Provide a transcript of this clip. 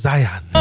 Zion